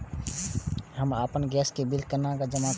हम आपन गैस के बिल केना जमा करबे?